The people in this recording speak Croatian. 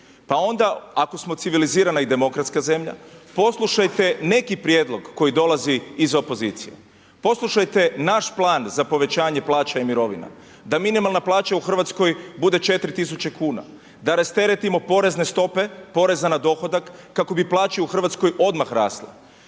Pa onda ako smo civilizirana i demokratska zemlja, poslušajte neki prijedlog koji dolazi iz opozicije. Poslušajte naš plan za povećanje plaća i mirovina. Da minimalna plaća u Hrvatskoj bude 4000 kuna, da rasteretimo porezne stope poreza na dohodak kako bi plaće u Hrvatskoj odmah rasle.